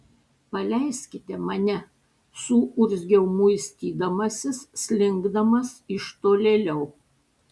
paleiskite mane suurzgiau muistydamasis slinkdamas iš tolėliau